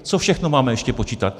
Co všechno máme ještě počítat?